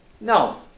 No